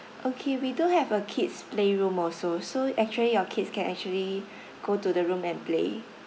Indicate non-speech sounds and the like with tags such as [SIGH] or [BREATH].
okay we do have a kid's playroom also so actually your kids can actually [BREATH] go to the room and play